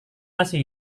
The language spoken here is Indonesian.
masih